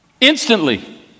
instantly